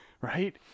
right